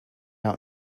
out